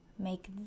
make